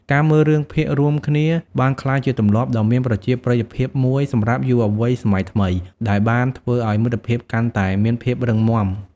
ការមើលរឿងភាគរួមគ្នាបានក្លាយជាទម្លាប់ដ៏មានប្រជាប្រិយភាពមួយសម្រាប់យុវវ័យសម័យថ្មីដែលបានធ្វើឲ្យមិត្តភាពកាន់តែមានភាពរឹងមាំ។